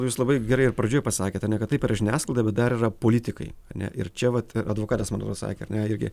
jūs labai gerai ir pradžioj pasakėt ar ne kad taip yra žiniasklaida bet dar yra politikai ar ne ir čia vat advokatas man atrodo sakė ar ne irgi